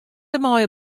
dêrmei